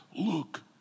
Look